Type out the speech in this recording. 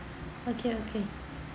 okay okay